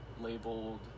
labeled